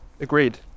Agreed